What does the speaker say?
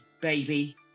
baby